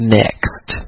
next